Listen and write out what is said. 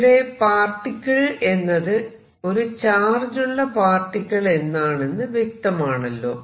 ഇവിടെ പാർട്ടിക്കിൾ എന്നത് ഒരു ചാർജുള്ള പാർട്ടിക്കിൾ എന്നാണെന്നു വ്യക്തമാണല്ലോ